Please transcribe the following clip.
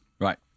Right